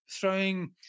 throwing